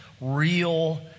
real